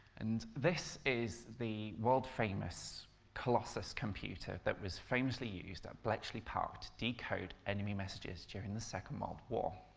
and this is the world-famous colossus computer that was famously used at bletchley park to decode enemy messages during the second world war.